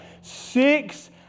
Six